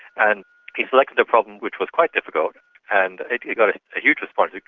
and he selected a problem which was quite difficult and it got a huge response,